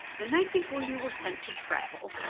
the night before you were sent to travel,